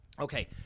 Okay